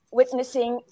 witnessing